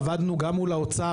עבדנו גם מול האוצר,